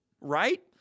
Right